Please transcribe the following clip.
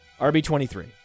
RB23